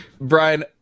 brian